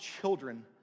children